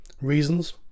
Reasons